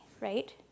right